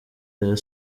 rayon